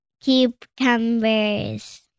Cucumbers